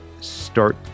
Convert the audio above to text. start